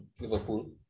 Liverpool